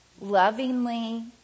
lovingly